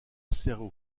serrait